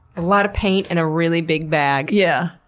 a lot of paint and a really big bag. yeah,